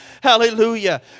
Hallelujah